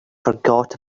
forgot